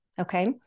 Okay